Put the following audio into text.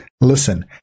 listen